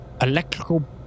electrical